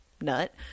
Nut